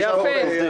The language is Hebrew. בתוספת שכר.